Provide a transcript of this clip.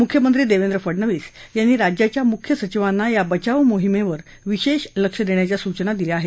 मुख्यमंत्री देवेंद्र फडणवीस यांनी राज्याच्या मुख्य सचिवांना या बचाव मोहिमेवर विशेष लक्ष देण्याच्या सूचना दिल्या आहेत